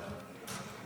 התשפ"ד 2024,